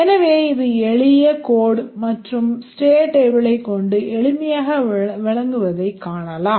எனவே இது எளிய கோட் மற்றும் ஸ்டேட் டேபிளைக் கொண்டு எளிமையாக விளங்குவதைக் காணலாம்